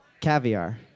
Caviar